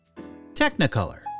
Technicolor